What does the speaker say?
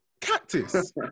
cactus